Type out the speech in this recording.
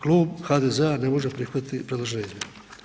Klub HDZ-a ne može prihvatiti predložene izmjene.